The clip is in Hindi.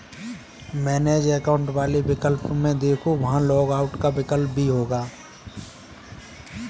मैनेज एकाउंट वाले विकल्प में देखो, वहां लॉग आउट का विकल्प भी होगा